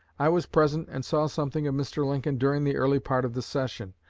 i was present and saw something of mr. lincoln during the early part of the session,